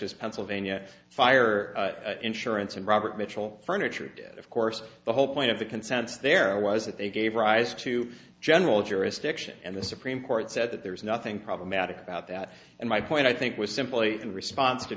as pennsylvania fire insurance and robert mitchell furniture of course the whole point of the consents there was that they gave rise to general jurisdiction and the supreme court said that there's nothing problematic about that and my point i think was so please in response to